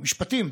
או משפטים,